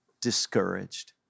discouraged